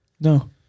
No